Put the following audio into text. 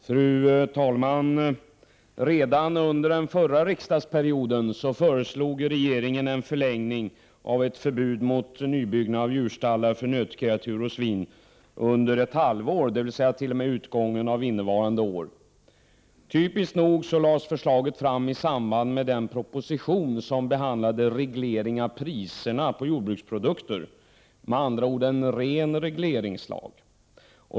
Fru talman! Redan under den förra riksdagsperioden föreslog regeringen en förlängning av ett förbud mot nybyggnad av djurstallar för nötkreatur och svin med ett halvår, dvs. t.o.m. utgången av innevarande år. Typiskt nog lades förslaget fram i samband med den proposition som behandlade reglering av priserna på jordbruksprodukter — med andra ord en ren regleringslag.